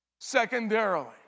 Secondarily